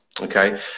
okay